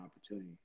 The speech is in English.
opportunity